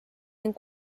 ning